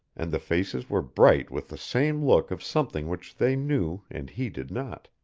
and the faces were bright with the same look of something which they knew and he did not.